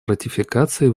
ратификации